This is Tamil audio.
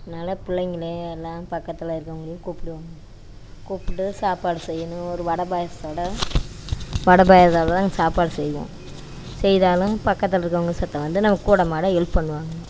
அதனால பிள்ளைங்களையெல்லாம் பக்கத்தில் இருக்கவங்களையும் கூப்பிடுவேங்க கூப்பிட்டு சாப்பாடு செய்யணும் ஒரு வடை பாயசத்தோட வடை பாயாசத்தோட தாங்க சாப்பாடு செய்வோம் செய்தாலும் பக்கத்தில் இருக்கிறவங்க செத்த வந்து நமக்கு கூட மாட ஹெல்ப் பண்ணுவாங்க